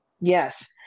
Yes